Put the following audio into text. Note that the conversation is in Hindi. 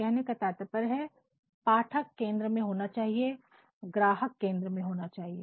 कहने का तात्पर्य है पाठक केंद्र में होना चाहिए ग्राहक केंद्र में होना चाहिए